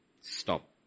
stop